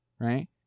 right